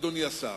אדוני השר,